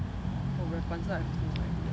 oh rapunzel I have no idea I also don't